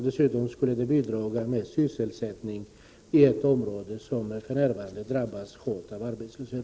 Dessutom skulle det bidra till sysselsättningen i ett område som för närvarande drabbas hårt av arbetslöshet.